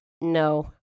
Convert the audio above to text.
no